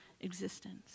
existence